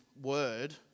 word